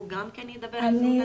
שהוא גם כן ידבר על בריאות הנפש?